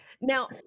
Now